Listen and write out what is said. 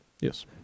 Yes